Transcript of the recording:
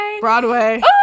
Broadway